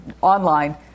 online